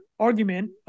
argument